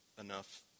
enough